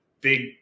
big